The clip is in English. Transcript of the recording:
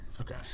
Okay